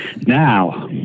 Now